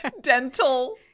Dental